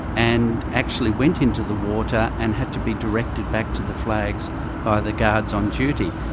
and actually went into the water and had to be directed back to the flags by the guards on duty.